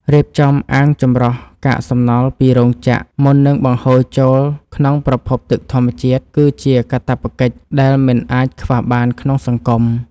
រៀបចំអាងចម្រោះកាកសំណល់ពីរោងចក្រមុននឹងបង្ហូរចូលក្នុងប្រភពទឹកធម្មជាតិគឺជាកាតព្វកិច្ចដែលមិនអាចខ្វះបានក្នុងសង្គម។